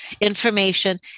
information